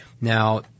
now